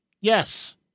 yes